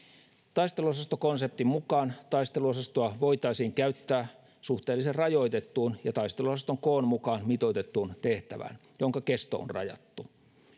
taisteluosastokonseptin mukaan taisteluosastoa voitaisiin käyttää suhteellisen rajoitettuun ja taisteluosaston koon mukaan mitoitettuun tehtävään jonka kesto on rajattu